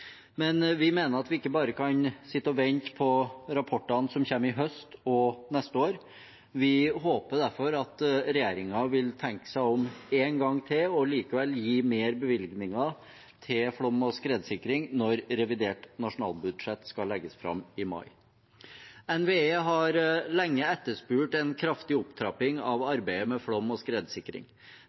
men vi mener at vi ikke bare kan sitte og vente på rapportene som kommer i høst og neste år. Vi håper derfor at regjeringen vil tenke seg om en gang til og likevel gi mer bevilgninger til flom- og skredsikring når revidert nasjonalbudsjett skal legges fram i mai. NVE har lenge etterspurt en kraftig opptrapping av arbeidet med flom- og skredsikring.